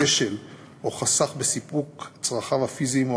כשל או חסך בסיפוק צרכיו הפיזיים או